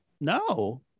No